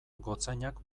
gotzainak